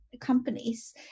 companies